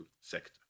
sector